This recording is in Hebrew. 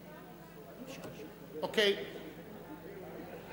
(הישיבה נפסקה בשעה 11:02 ונתחדשה בשעה 11:14.)